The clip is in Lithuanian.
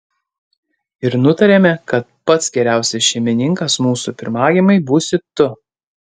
ir nutarėme kad pats geriausias šeimininkas mūsų pirmagimiui būsi tu